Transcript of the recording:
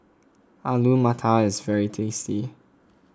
Alu Matar is very tasty